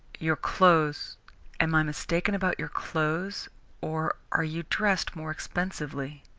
your clothes am i mistaken about your clothes or are you dressed more expensively?